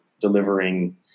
delivering